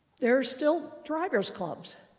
there are still draggers clubs.